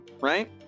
right